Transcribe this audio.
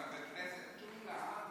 הקדוש